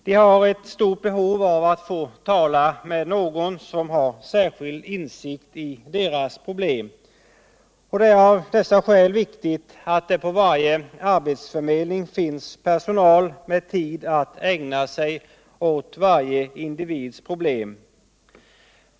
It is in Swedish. De har ett stort behov av att få tala med någon som har särskild insikt i deras problem. Det är av dessa skäl viktigt att det på varje arbetsförmedling finns personal med tid att ägna sig åt varje individs problem.